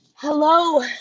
Hello